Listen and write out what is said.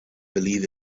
believe